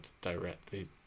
directly